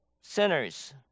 sinners